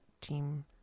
team